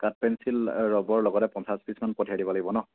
কাঠ pencil rubber লগতে পঞ্চাছ পিচমান পঠিয়াই দিব লাগিব ন